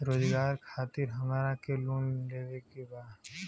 रोजगार खातीर हमरा के लोन लेवे के बा?